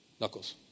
Knuckles